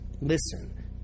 Listen